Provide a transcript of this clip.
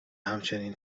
همچنین